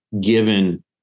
given